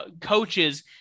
Coaches